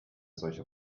solche